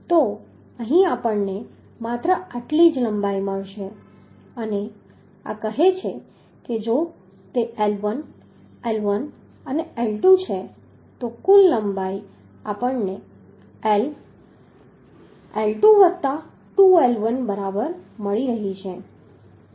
તો અહીં આપણને માત્ર આટલી જ લંબાઈ મળશે અને આ કહે છે કે જો તે L1 L1 અને L2 છે તો કુલ લંબાઈ આપણને L L2 વત્તા 2L1 બરાબર મળી રહી છે